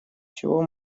чего